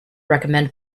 recommend